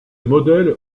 modèle